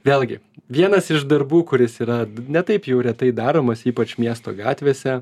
vėlgi vienas iš darbų kuris yra ne taip jau retai daromas ypač miesto gatvėse